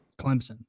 Clemson